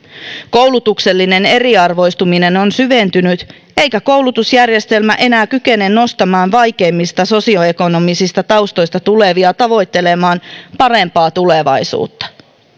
koulutuksellinen eriarvoistuminen on syventynyt eikä koulutusjärjestelmä enää kykene nostamaan vaikeammista sosioekonomisista taustoista tulevia tavoittelemaan parempaa tulevaisuutta